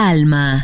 Alma